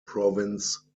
province